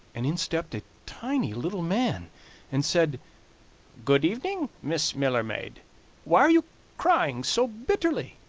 and in stepped a tiny little man and said good-evening, miss miller-maid why are you crying so bitterly?